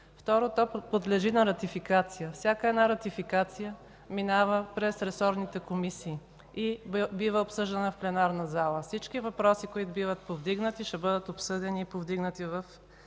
второ, то подлежи на ратификация. Всяка една ратификация минава през ресорните комисии и бива обсъждана в пленарната зала. Всички въпроси, които биват повдигнати, ще бъдат обсъдени и повдигнати в